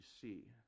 see